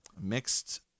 Mixed